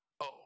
Oh